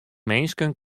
minsken